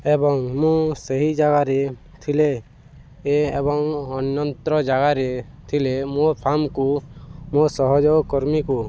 ଏବଂ ମୁଁ ସେହି ଜାଗାରେ ଥିଲେ ଏବଂ ଅନ୍ୟନ୍ତ ଜାଗାରେ ଥିଲେ ମୋ ଫାର୍ମକୁ ମୋ ସହଯୋଗ କର୍ମୀକୁ